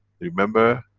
remember,